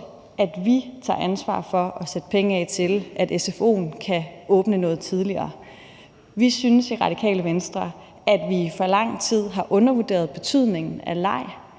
– at vi herinde tager ansvar for at sætte penge af til, at sfo'en kan åbne noget tidligere. Vi synes i Radikale Venstre, at vi i for lang tid har undervurderet betydningen af leg.